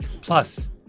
Plus